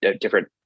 different